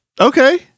Okay